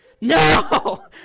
no